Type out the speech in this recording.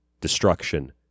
destruction